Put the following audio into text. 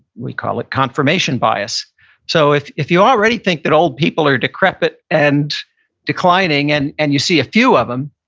we call it confirmation bias so if if you already think that old people are decrepit and declining, and and you see a few of them,